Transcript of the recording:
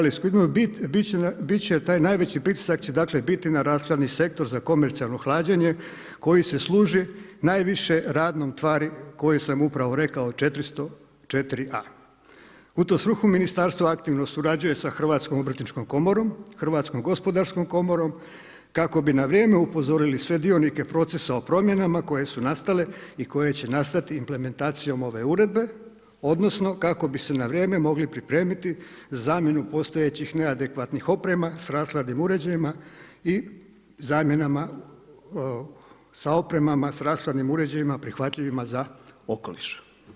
Bit će taj najveći pritisak će dakle biti na rashladni sektor za komercijalno hlađenje koji se služi najviše radnom tvari koju sam upravo rekao 404A. U tu svrhu ministarstvo aktivno surađuje sa Hrvatskom obrtničkom komorom, Hrvatskom gospodarskom komorom kako bi na vrijeme upozorili sve dionike procesa o promjenama koje su nastale i koje će nastati implementacijom ove Uredbe odnosno kako bi se na vrijeme mogli pripremiti zamjenu postojećih neadekvatnih oprema s rashladnim uređajima i zamjenama sa opremama sa rashladnim uređajima prihvatljivima za okoliš.